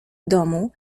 domu